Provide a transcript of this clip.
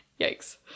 Yikes